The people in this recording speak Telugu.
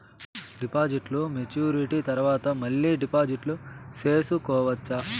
డిపాజిట్లు మెచ్యూరిటీ తర్వాత మళ్ళీ డిపాజిట్లు సేసుకోవచ్చా?